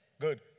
Good